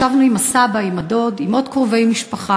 ישבנו עם הסבא, עם הדוד, עם עוד קרובי משפחה,